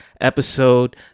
Episode